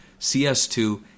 CS2